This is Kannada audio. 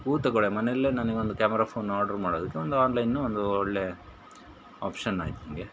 ಕೂತಕಡೆ ಮನೆಯಲ್ಲೇ ನನಗೊಂದ್ ಕ್ಯಾಮರಾ ಫೋನ್ ಆರ್ಡ್ರ್ ಮಾಡೋದಕ್ಕೆ ಒಂದು ಆನ್ಲೈನ್ ಒಂದು ಒಳ್ಳೆಯ ಆಪ್ಷನ್ ಆಯ್ತು ನನಗೆ